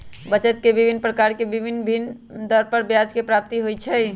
बचत के विभिन्न प्रकार से भिन्न भिन्न दर पर ब्याज के प्राप्ति होइ छइ